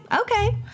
okay